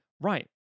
right